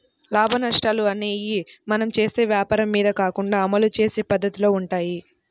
లాభనష్టాలు అనేయ్యి మనం చేసే వ్వాపారం మీద కాకుండా అమలు చేసే పద్దతిలో వుంటయ్యి